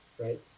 right